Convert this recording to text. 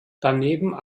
daneben